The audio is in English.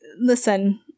listen